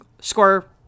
score